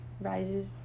Rises